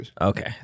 Okay